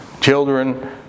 children